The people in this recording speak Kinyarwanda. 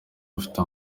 rufite